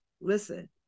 listen